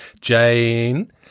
Jane